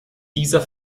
dieser